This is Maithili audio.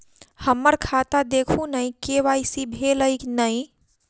हम्मर खाता देखू नै के.वाई.सी भेल अई नै?